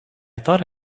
thought